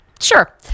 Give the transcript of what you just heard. sure